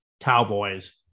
Cowboys